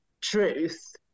truth